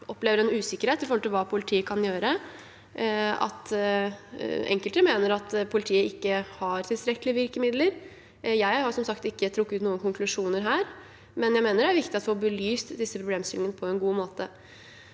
opplever en usikkerhet med hensyn til hva politiet kan gjøre, og at enkelte mener at politiet ikke har tilstrekkelige virkemidler. Jeg har som sagt ikke trukket noen konklusjoner her, men jeg mener det er viktig å få belyst disse problemstillingene på en god måte.